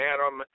Adam